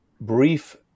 brief